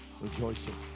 rejoicing